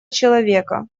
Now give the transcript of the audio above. человека